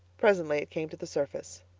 presently it came to the surface.